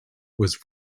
was